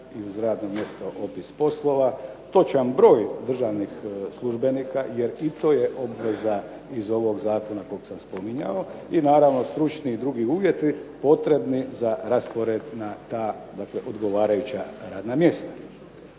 i uz radno mjesto opis poslova. Točan broj državnih službenika jer i to je obveza iz ovog zakona kog sam spominjao i naravno stručni i drugi uvjeti potrebni za raspored na ta, dakle odgovarajuća radna mjesta.